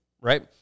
right